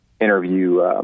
interview –